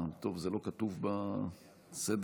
אני ממשיך בסדר-היום,